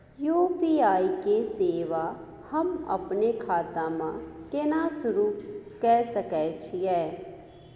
UPI के सेवा हम अपने खाता म केना सुरू के सके छियै?